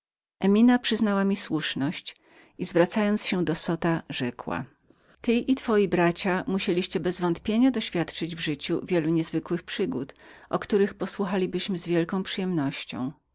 emina przyznała mi słuszność i zwracając się do zota rzekła bezwątpienia ty i twoi bracia musieliście doświadczyć w życiu dziwnych przygód które z wielką przyjemnością